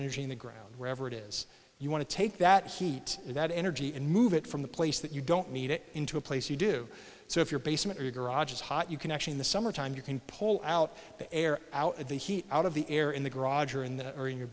energy in the ground wherever it is you want to take that heat that energy and move it from the place that you don't need it in to a place you do so if your basement or garage is hot you can actually in the summertime you can pull out the air out of the heat out of the air in the garage or in the or in your